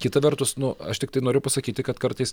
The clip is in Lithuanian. kita vertus nu aš tiktai noriu pasakyti kad kartais